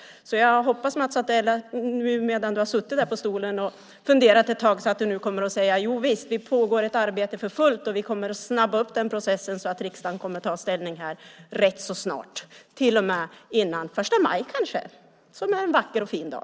Jag hoppas att Mats Odell har funderat ett tag när han har suttit där på stolen och nu kommer att säga: Jovisst, det pågår ett arbete för fullt och vi kommer att snabba upp den processen så att riksdagen kommer att kunna ta ställning rätt snart, till och med före första maj kanske. Det är en vacker och fin dag.